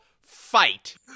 fight